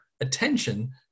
attention